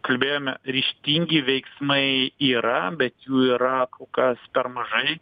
kalbėjome ryžtingi veiksmai yra bet jų yra kol kas per mažai